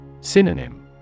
synonym